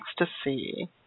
ecstasy